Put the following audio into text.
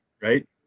right